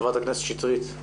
חברת הכנסת שטרית.